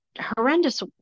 horrendous